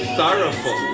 sorrowful